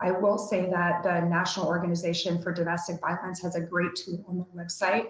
i will say that the national organization for domestic violence has a great tool on the website